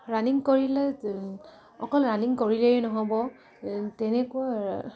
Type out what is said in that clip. running কৰিলে অকল running কৰিলেই নহ'ব তেনেকুৱা